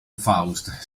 faust